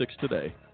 today